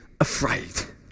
afraid